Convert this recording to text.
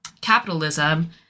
capitalism